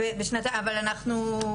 בשנתיים,